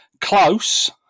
Close